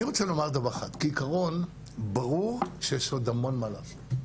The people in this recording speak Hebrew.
ברור שיש עוד המון מה לעשות.